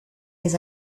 des